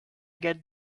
get